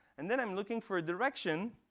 and then i'm looking for a direction.